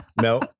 No